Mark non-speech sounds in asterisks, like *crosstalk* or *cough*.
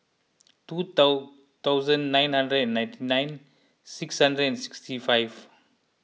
two *unintelligible* thousand *unintelligible* ninety nine six hundred and sixty five